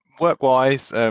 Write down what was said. work-wise